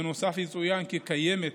בנוסף, יצוין כי קיימת